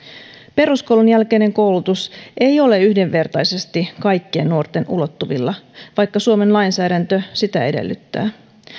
peruskoulun jälkeinen koulutus ei ole yhdenvertaisesti kaikkien nuorten ulottuvilla vaikka suomen lainsäädäntö sitä edellyttää